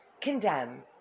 condemn